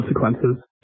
consequences